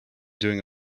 doing